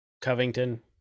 Covington